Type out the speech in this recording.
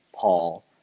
Paul